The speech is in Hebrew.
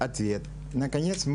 אני מאמין שהוא מדבר על טופס 46(א)